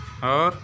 और